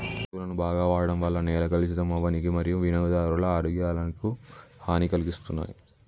ఎరువులను బాగ వాడడం వల్ల నేల కలుషితం అవ్వనీకి మరియూ వినియోగదారుల ఆరోగ్యాలకు హనీ కలిగిస్తున్నాయి